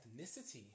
ethnicity